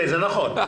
זה נכון.